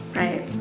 right